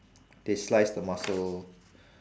they slice the mussel